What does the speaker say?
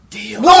Deal